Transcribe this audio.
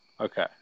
okay